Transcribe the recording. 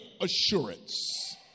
assurance